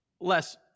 less